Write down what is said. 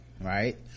right